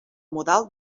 modal